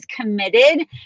committed